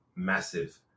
Massive